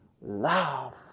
love